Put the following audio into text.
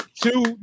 Two